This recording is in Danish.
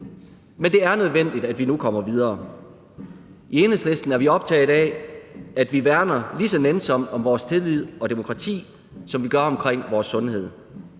Men det er nødvendigt, at vi nu kommer videre. I Enhedslisten er vi optaget af, at vi værner lige så nænsomt om vores tillid og demokrati, som vi gør om vores sundhed.